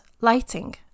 lighting